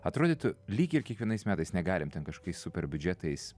atrodytų lyg ir kiekvienais metais negalim ten kažkokiais super biudžetais